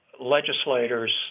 legislators